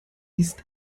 ist